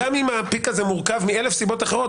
גם אם הפיק הזה מורכב מאלף סיבות אחרות,